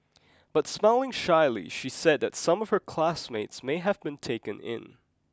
but smiling shyly she said that some of her classmates may have been taken in